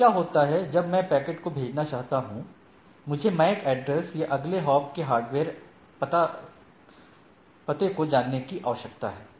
और क्या होता है जब मैं पैकेट को भेजना चाहता हूं मुझे MAC एड्रेस या अगले हॉप के हार्डवेयर पते को जानने की आवश्यकता है